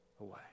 away